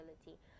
ability